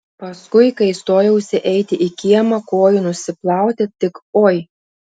paskui kai stojausi eiti į kiemą kojų nusiplauti tik oi